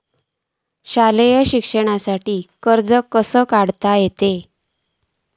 शालेय शिक्षणाक कर्ज कसा काढूचा?